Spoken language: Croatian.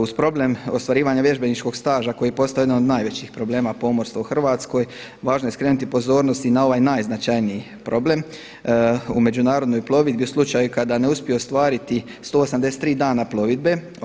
Uz problem ostvarivanja vježbeničkog staža koji postaje jedan od najvećih problema pomorstva u Hrvatskoj važno je skrenuti pozornost i na ovaj najznačajniji problem u međunarodnoj plovidbi u slučaju kada ne uspiju ostvariti 183 dana plovidbe.